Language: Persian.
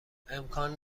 امکان